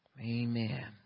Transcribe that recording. amen